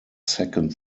second